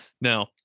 Now